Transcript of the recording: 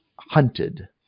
hunted